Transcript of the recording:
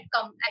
come